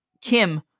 Kim